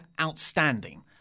outstanding